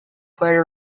puerto